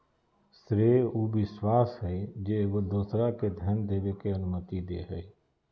श्रेय उ विश्वास हइ जे एगो दोसरा के धन देबे के अनुमति दे हइ